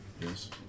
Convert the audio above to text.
Yes